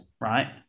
right